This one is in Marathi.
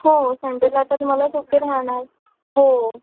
हो संडेला तर मला सुट्टी राहणार हो